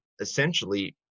essentially